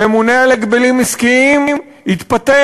ממונה על הגבלים עסקיים התפטר,